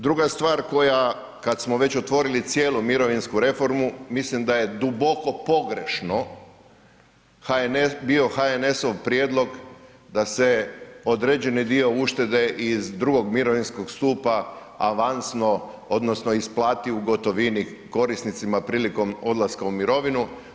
Druga stvar koja kad smo već otvorili cijelu mirovinsku reformu, mislim da je duboko pogrešno bio HNS-ov prijedlog da se određeni dio uštede iz II. mirovinskog stupa avansno odnosno isplati u gotovini korisnicima prilikom odlaska u mirovinu.